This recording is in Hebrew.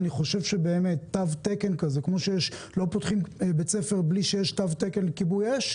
אני חושב שכמו שלא פותחים בית ספר בלי שיש תו תקן לכיבוי אש,